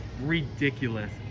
ridiculous